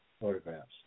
photographs